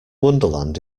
wonderland